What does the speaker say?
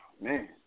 man